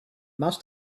must